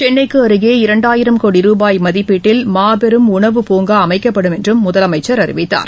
சென்னைக்கு அருகே இரண்டாயிரம் கோடி ரூபாய் மதிப்பீட்டில் மாபெரும் உணவுப்பூங்கா அமைக்கப்படும் என்றும் முதலமைச்சர் அறிவித்தார்